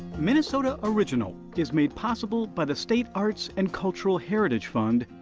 minnesota original is made possible by the state arts and cultural heritage fund,